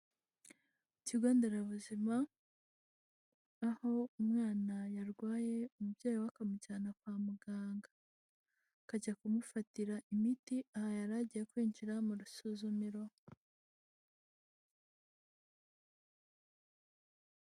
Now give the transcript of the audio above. Ikigo nderabuzima aho umwana yarwaye umubyeyi we akamujyana kwa muganga, akajya kumufatira imiti aha yari agiye kwinjira mu rusuzumiro.